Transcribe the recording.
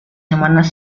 semanas